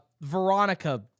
Veronica